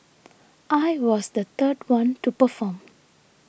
I was the third one to perform